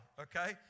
okay